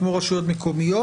ממשלתיים, כמו רשויות מקומיות.